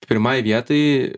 pirmai vietai